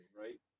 Right